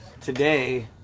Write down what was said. today